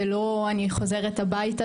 זה לא אני חוזרת הביתה,